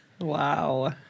Wow